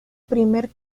primer